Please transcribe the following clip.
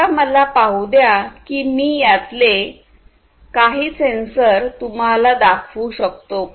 आता मला पाहू द्या की मी यातले काही सेन्सर तुम्हाला दाखवू शकतो का